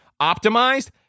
optimized